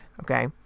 okay